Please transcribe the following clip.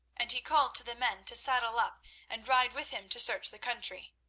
and he called to the men to saddle up and ride with him to search the country.